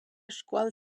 scuol